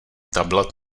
tablet